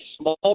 small